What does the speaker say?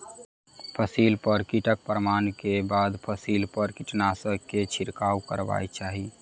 फसिल पर कीटक प्रमाण के बाद फसिल पर कीटनाशक के छिड़काव करबाक चाही